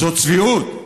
זאת צביעות,